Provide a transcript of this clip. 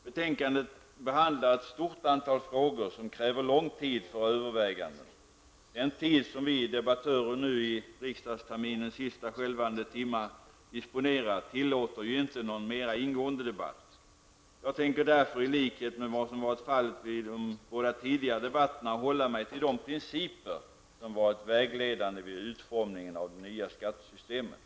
Betänkandet behandlar ett stort antal frågor som krävt lång tid för ingående överväganden. Den tid som vi debattörer nu i riksdagsterminens sista skälvande timmar disponerar tillåter ju inte någon mera ingående debatt. Jag tänker därför i likhet med vad som varit fallet vid de båda tidigare debatterna hålla mig till de principer som varit vägledande vid utformningen av det nya skattesystemet.